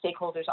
stakeholders